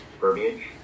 verbiage